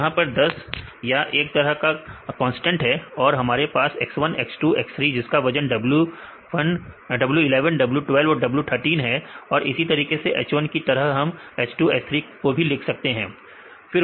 यहां पर 10 या एक तरह का कांस्टेंट है आपके पास है x1 x2 x3 जिसका वजन है w11 w12 w13 और इसी तरीके से h1 की तरह हम h2 h3 का भी लिख सकते हैं